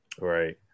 right